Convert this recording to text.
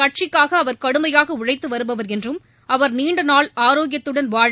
கட்சிக்காக அவர் கடுமையாக உழைத்து வருபவர் என்றும் அவர் நீண்ட நாள் ஆரோக்கியத்துடன் வாழ